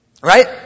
right